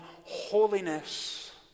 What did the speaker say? holiness